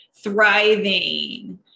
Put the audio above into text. thriving